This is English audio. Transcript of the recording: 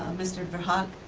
mr. verhaagh